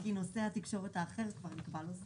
יש